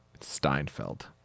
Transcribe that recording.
Steinfeld